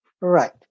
Right